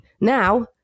now